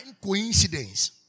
coincidence